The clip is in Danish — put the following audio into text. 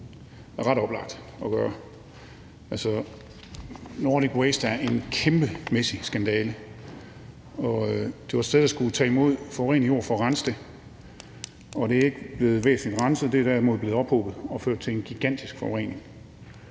jeg er ret oplagt at gøre. Nordic Waste er en kæmpemæssig skandale. Det var et sted, der skulle tage imod forurenet jord for at rense det, og det er ikke blevet væsentligt renset; det er derimod blevet ophobet og har ført til en gigantisk forurening.